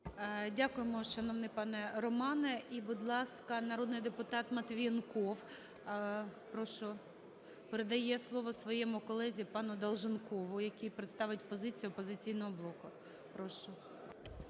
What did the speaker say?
Дякуємо, шановний пане Романе. І, будь ласка, народний депутат Матвієнков. Прошу. Передає слово своєму колезі пануДолженкову, який представить позицію "Опозиційного блоку".